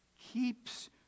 keeps